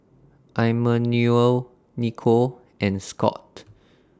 Immanuel Nikko and Scott